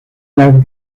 las